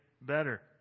better